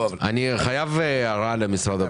אני חייב הערה למשרד הבריאות.